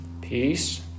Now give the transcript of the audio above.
peace